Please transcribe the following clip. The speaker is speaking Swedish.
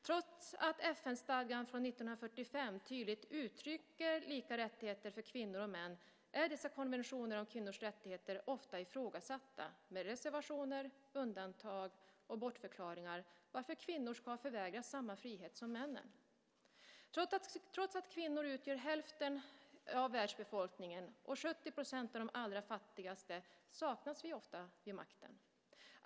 Trots att FN-stadgan från 1945 tydligt uttrycker lika rättigheter för kvinnor och män är dessa konventioner om kvinnors rättigheter ofta ifrågasatta, med reservationer, undantag och bortförklaringar till att kvinnor ska förvägras samma frihet som männen. Trots att kvinnor utgör hälften av världsbefolkningen och 70 % av de allra fattigaste saknas vi ofta vid makten.